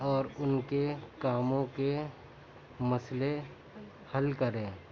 اور ان کے کاموں کے مسئلے حل کرے